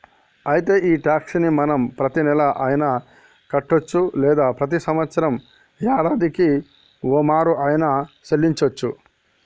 అయితే ఈ టాక్స్ ని మనం ప్రతీనెల అయిన కట్టొచ్చు లేదా ప్రతి సంవత్సరం యాడాదికి ఓమారు ఆయిన సెల్లించోచ్చు